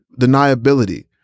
deniability